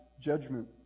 judgment